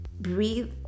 breathe